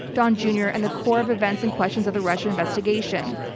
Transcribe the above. don jr. and the core of events and questions of the russian investigation.